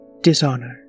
Dishonor